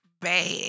bad